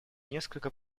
несколько